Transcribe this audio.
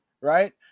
Right